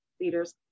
leaders